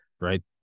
right